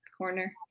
corner